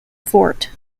fort